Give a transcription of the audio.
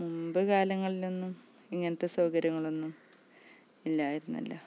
മുൻപ് കാലങ്ങളിലൊന്നും ഇങ്ങനത്തെ സൗകര്യങ്ങളൊന്നും ഇല്ലായിരുന്നല്ലോ